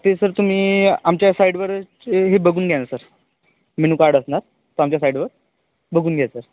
ते सर तुम्ही आमच्या साइटवरच बघून घ्या ना सर मेनुकार्ड असणार तो आमच्या साइटवर बघून घ्या सर